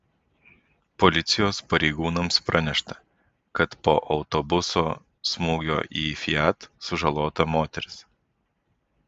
policijos pareigūnams pranešta kad po autobuso smūgio į fiat sužalota moteris